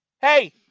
Hey